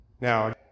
Now